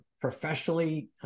professionally